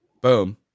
Boom